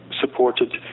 supported